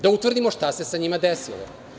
Da utvrdimo šta se sa njima desilo.